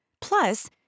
Plus